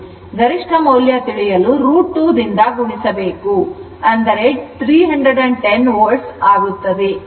ಗರಿಷ್ಠ ಮೌಲ್ಯ ತಿಳಿಯಲು √2 ಅನ್ನು ಗುಣಿಸಬೇಕು 310 volt ಆಗುತ್ತದೆ